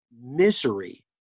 misery